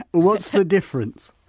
what's the difference?